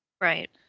Right